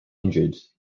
injured